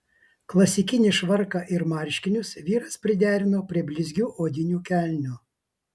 klasikinį švarką ir marškinius vyras priderino prie blizgių odinių kelnių